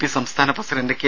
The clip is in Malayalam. പി സംസ്ഥാന പ്രസിഡന്റ് കെ